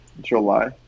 july